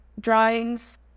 drawings